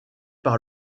par